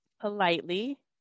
politely